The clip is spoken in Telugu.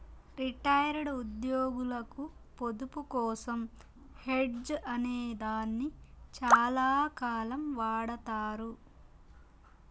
రిటైర్డ్ ఉద్యోగులకు పొదుపు కోసం హెడ్జ్ అనే దాన్ని చాలాకాలం వాడతారు